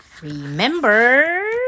Remember